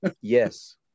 Yes